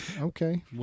Okay